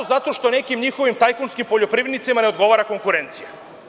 Zato što nekim njihovim tajkunskim poljoprivrednicima ne odgovara konkurencija.